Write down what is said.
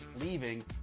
leaving